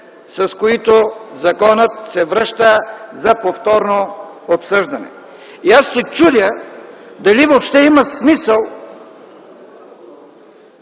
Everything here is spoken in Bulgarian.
с които законът се връща за повторно обсъждане. Аз се чудя дали въобще има смисъл